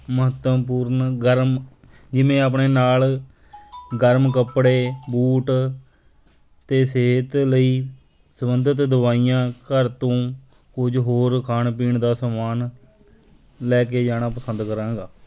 ਮਹੱਤਵਪੂਰਨ ਗਰਮ ਜਿਵੇਂ ਆਪਣੇ ਨਾਲ ਗਰਮ ਕੱਪੜੇ ਬੂਟ ਅਤੇ ਸਿਹਤ ਲਈ ਸੰਬੰਧਿਤ ਦਵਾਈਆਂ ਘਰ ਤੋਂ ਕੁਝ ਹੋਰ ਖਾਣ ਪੀਣ ਦਾ ਸਮਾਨ ਲੈ ਕੇ ਜਾਣਾ ਪਸੰਦ ਕਰਾਂਗਾ